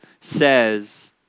says